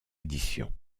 édition